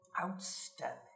Outstanding